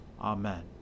Amen